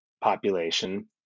population